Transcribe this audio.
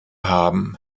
haben